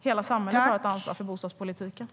Hela samhället har ett ansvar för bostadspolitiken.